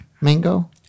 mango